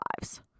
lives